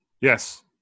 Yes